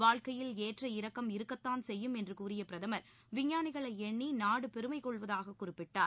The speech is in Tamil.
வாழ்க்கையில் ஏற்ற இறக்கம் இருக்கத்தான் செய்யும் என்று கூறிய பிரதமர் விஞ்ஞானிகளை எண்ணி நாடு பெருமை கொள்வதாக குறிப்பிட்டார்